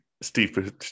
Steve